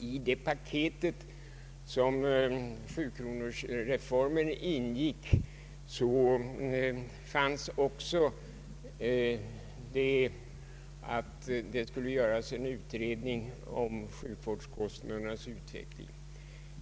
I det paket som sjukronorsreformen ingick i fanns också förslag om en utredning om sjukvårdskostnadernas utveckling.